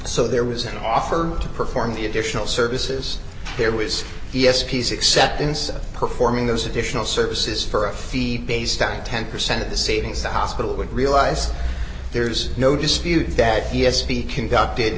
so there was an offer to perform the additional services there was e s p s acceptance of performing those additional services for a fee based on ten percent of the savings the hospital would realise there's no dispute that d s p conducted